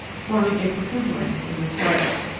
forming a protuberance in this layer.